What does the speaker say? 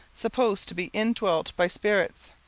supposed to be indwelt by spirits.